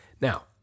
Now